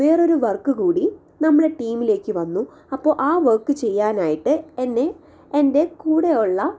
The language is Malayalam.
വേറൊരു വർക്ക് കൂടി നമ്മളെ ടീമിലേക്ക് വന്നു അപ്പോൾ ആ വർക്ക് ചെയ്യാനായിട്ട് എന്നെ എൻ്റെ കൂടെ ഉള്ള